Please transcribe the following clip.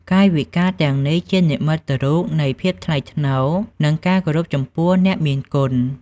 កាយវិការទាំងនេះជា និមិត្តរូបនៃភាពថ្លៃថ្នូរ និងការគោរពចំពោះអ្នកមានគុណ។